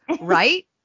right